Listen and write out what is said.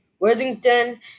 Worthington